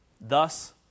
Thus